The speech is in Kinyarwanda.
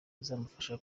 izamufasha